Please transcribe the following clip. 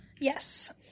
Yes